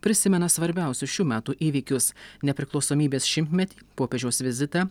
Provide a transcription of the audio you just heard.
prisimena svarbiausius šių metų įvykius nepriklausomybės šimtmetį popiežiaus vizitą